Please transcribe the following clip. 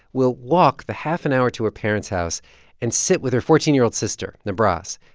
will walk the half an hour to her parents' house and sit with her fourteen year old sister, nebras.